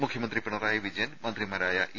മുഖ്യമന്ത്രി പിണറായി വിജയൻ മന്ത്രിമാരായ ഇ